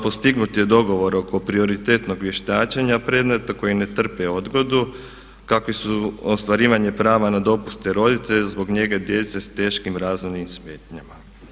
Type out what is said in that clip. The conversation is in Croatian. Postignut je dogovor oko prioritetnog vještačenja predmeta koji ne trpe odgodu kakvi su ostvarivanje prava na dopuste roditelja zbog njege djece s teškim razvojnim smetnjama.